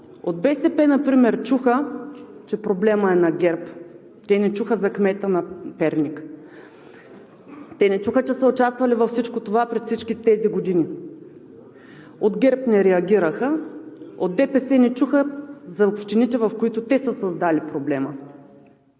От БСП например чуха, че проблемът е ГЕРБ. Те не чуха за кмета на Перник, те не чуха, че са участвали във всичко това през всички тези години. От ГЕРБ не реагираха. От ДПС не чуха за общините, в които те са създали проблема.